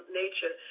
nature